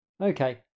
Okay